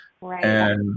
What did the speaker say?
Right